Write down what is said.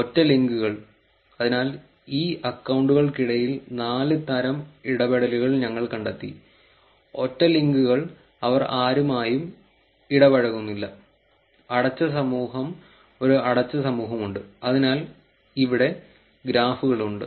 ഒറ്റ ലിങ്കുകൾ അതിനാൽ ഈ അക്കൌണ്ടുകൾക്കിടയിൽ നാല് തരം ഇടപെടലുകൾ ഞങ്ങൾ കണ്ടെത്തി ഒറ്റ ലിങ്കുകൾ അവർ ആരുമായും ഇടപഴകുന്നില്ല അടച്ച സമൂഹം ഒരു അടച്ച സമൂഹമുണ്ട് അതിനാൽ ഇവിടെ ഗ്രാഫുകൾ ഉണ്ട്